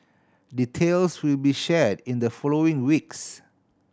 details will be shared in the following weeks